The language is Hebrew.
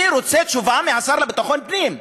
אני רוצה תשובה מהשר לביטחון פנים,